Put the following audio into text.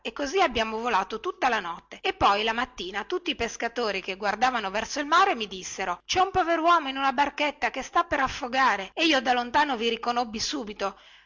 e così abbiamo volato tutta la notte e poi la mattina tutti i pescatori che guardavano verso il mare mi dissero cè un poveruomo in una barchetta che sta per affogare e io da lontano vi riconobbi subito